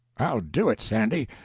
i'll do it, sandy.